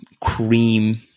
cream